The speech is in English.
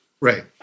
Right